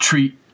treat